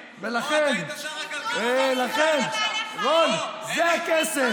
ולכן, אלי, אלי, אתה היית שר הכלכלה.